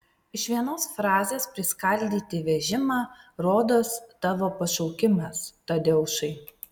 iš vienos frazės priskaldyti vežimą rodos tavo pašaukimas tadeušai